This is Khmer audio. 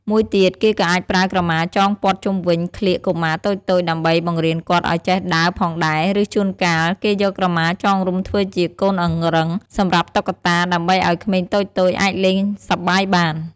មួយទៀត គេក៏អាចប្រើក្រមាចងព័ទ្ធជុំវិញក្លៀកកុមារតូចៗ ដើម្បីបង្រៀនគាត់ឱ្យចេះដើរផងដែរ ឬជួនកាល គេយកក្រមាចងរុំធ្វើជាកូនអង្រឹងសម្រាប់តុក្កតា ដើម្បីឱ្យក្មេងតូចៗអាចលេងសប្បាយបាន។